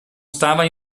stava